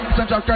Central